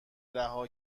رها